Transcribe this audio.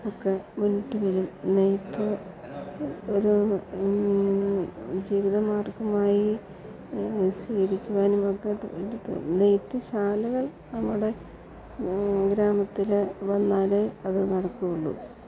ഒക്കെ മുന്നിട്ട് വരും നെയ്ത്ത് ഒരു ജീവിതമാർഗ്ഗമായി സ്വീകരിക്കുവാനും ഒക്കെ നെയ്ത്ത് ശാലകൾ നമ്മുടെ ഗ്രാമത്തിൽ വന്നാലേ അത് നടക്കുകയുള്ളു